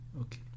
Okay